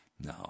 No